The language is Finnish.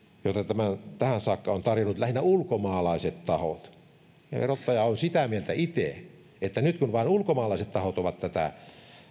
joita tähän saakka on tarjonnut lähinnä ulkomaalaiset tahot verottaja on sitä mieltä itse että nyt kun vain ulkomaalaiset tahot ovat tätä